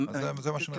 אז זה מה שרציתי לדעת.